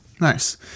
Nice